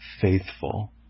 faithful